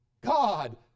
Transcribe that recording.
God